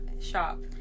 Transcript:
shop